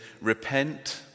repent